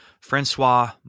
Francois